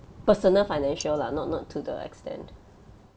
personal financial lah not not to the extent